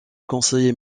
conseiller